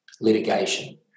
litigation